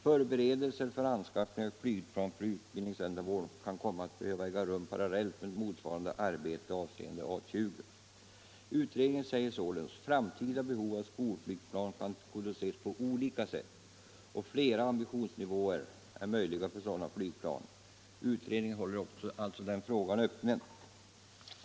Förberedelser för anskaffning av flygplan för utbildningsändamål kan komma att behöva äga rum parallellt med motsvarande arbete avseende system A 20.” Utredningen säger således: ”Framtida behov av skolflygplan kan tillgodoses på olika sätt. Flera ambitionsnivåer är möjliga för sådana flygplan.” Utredningen håller alltså denna fråga öppen.